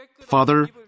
Father